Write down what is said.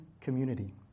community